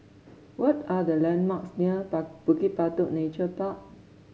what are the landmarks near bar Bukit Batok Nature Park